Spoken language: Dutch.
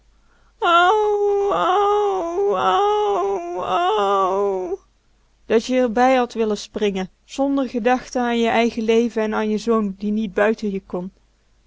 dat je r bij had willen springen zonder gedachte an je eigen leven en an je zoon die niet buiten je kon